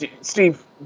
Steve